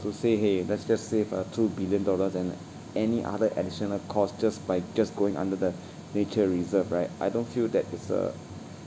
to say !hey! let's just save a two billion dollar than any other additional cost just by just going under the nature reserve right I don't feel that it's a